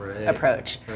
approach